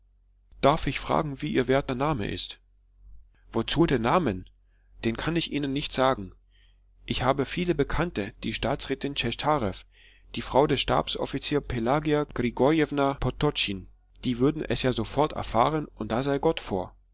darf ich fragen wie ihr werter name ist wozu den namen den kann ich ihnen nicht sagen ich habe viele bekannte die staatsrätin tschechtarew die frau des stabsoffiziers pelagia grigorjewna podtotschin die würden es ja sofort erfahren und da sei gott vor